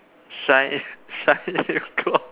shine shine lip gloss